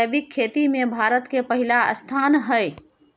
जैविक खेती में भारत के पहिला स्थान हय